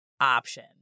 option